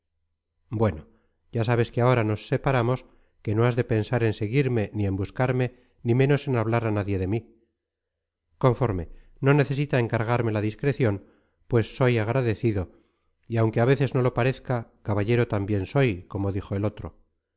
bueno ya sabes que ahora nos separamos que no has de pensar en seguirme ni en buscarme ni menos en hablar a nadie de mí conforme no necesita encargarme la discreción pues soy agradecido y aunque a veces no lo parezca caballero también soy como dijo el otro